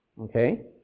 okay